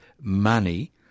money